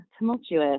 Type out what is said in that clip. tumultuous